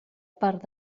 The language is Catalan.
part